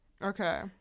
Okay